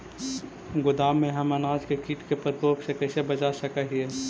गोदाम में हम अनाज के किट के प्रकोप से कैसे बचा सक हिय?